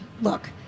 look